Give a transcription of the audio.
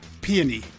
Peony